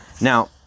now